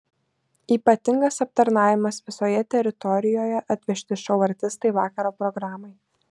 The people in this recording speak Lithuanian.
ypatingas aptarnavimas visoje teritorijoje atvežti šou artistai vakaro programai